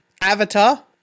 Avatar